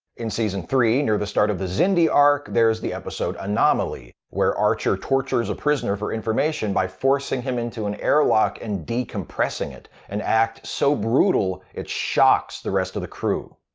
in season three, near the start of the xindi arc, there's the episode anomaly, where archer tortures a prisoner for information by forcing him into an airlock and decompressing it, an act so brutal it shocks the rest off the crew.